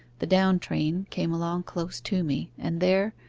the down-train came along close to me, and there,